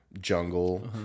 jungle